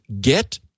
get